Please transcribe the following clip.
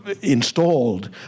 installed